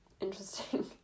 Interesting